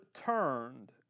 turned